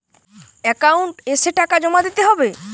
Account এসে টাকা জমা দিতে হবে?